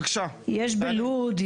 יש, יש בלוד.